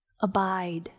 abide